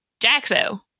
Jaxo